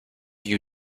you